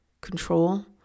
control